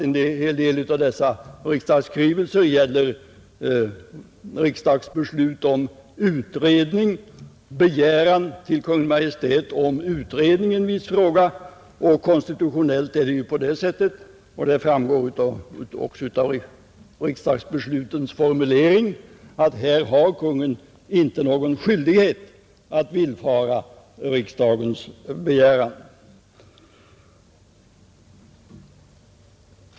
En hel del av dessa riksdagsskrivelser gäller ju riksdagsbeslut om begäran hos Kungl. Maj:t av utredning i en viss fråga, och konstitutionellt förhåller det sig på det sättet — som också framgår av riksdagsbeslutens formulering — att här har Kungl. Maj:t inte någon skyldighet att villfara riksdagens begäran.